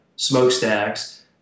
smokestacks